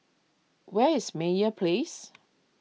where is Meyer Place